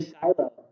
Shiloh